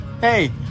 Hey